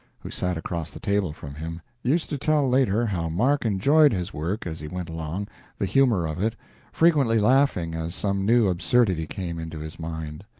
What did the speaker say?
who sat across the table from him, used to tell later how mark enjoyed his work as he went along the humor of it frequently laughing as some new absurdity came into his mind.